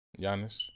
Giannis